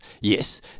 Yes